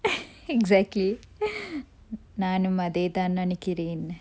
exactly நானும் அதே தான் நெனைக்குறேன்:nanum athe than nenaikkkuran